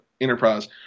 enterprise